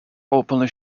openly